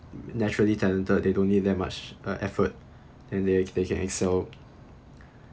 naturally talented they don't need that much uh effort and they they can excel